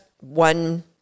one